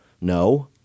No